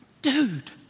Dude